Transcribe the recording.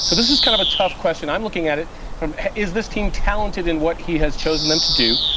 so this is kind of a tough question. i'm looking at it from is this team talented in what he has chosen them to do,